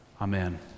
Amen